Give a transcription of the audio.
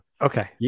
Okay